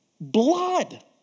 blood